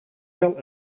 wel